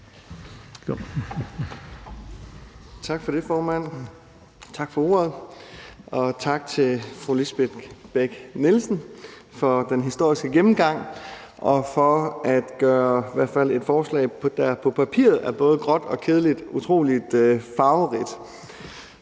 Tak for det, formand. Tak for ordet, og tak til fru Lisbeth Bech-Nielsen for den historiske gennemgang og for at gøre et forslag, der i hvert fald på papiret er både gråt og kedeligt, utrolig farverigt.